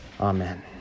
Amen